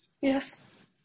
Yes